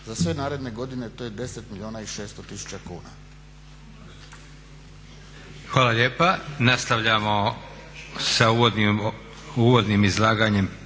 za sve naredne godine to je 10 milijuna i 600 tisuća kuna.